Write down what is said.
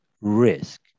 risk